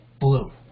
blue